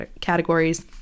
categories